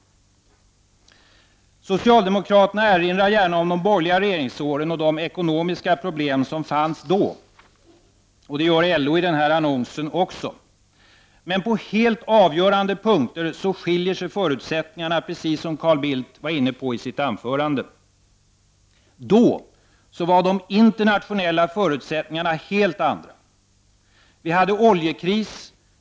Socialdemokraterna erinrar gärna om de borgerliga regeringsåren och de ekonomiska problem som fanns då. Det gör även LO i den här annonsen. Men på helt avgörande punkter skiljer sig förutsättningarna, precis som Carl Bildt var inne på i sitt anförande. Då var de internationella förutsättningarna helt andra. Det rådde oljekris.